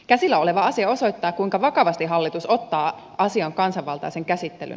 käsillä oleva asia osoittaa kuinka vakavasti hallitus ottaa asian kansanvaltaisen käsittelyn